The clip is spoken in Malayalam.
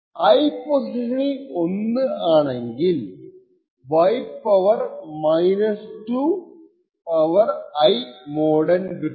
ഐ പൊസിഷനിൽ 1 ആണെങ്കിൽ y 2 I mod n കിട്ടും